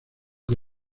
que